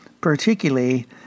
particularly